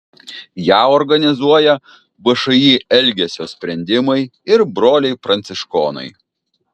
ją organizuoja všį elgesio sprendimai ir broliai pranciškonai